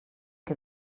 que